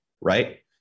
right